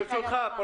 ברשותך,